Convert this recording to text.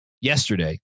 Yesterday